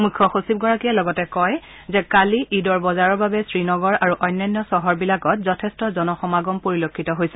মুখ্য সচিবগৰাকীয়ে লগতে কয় যে কালি ঈদৰ বজাৰৰ বাবে শ্ৰীনগৰ আৰু অন্যান্য চহৰবিলাকত যথেষ্ট জনসমাগম পৰলক্ষিত হৈছে